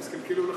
אז קלקלו לך,